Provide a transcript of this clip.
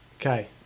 Okay